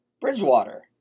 Bridgewater